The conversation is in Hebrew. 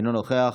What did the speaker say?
אינו נוכח,